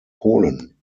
polen